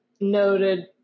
noted